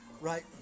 right